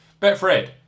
Betfred